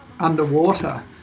underwater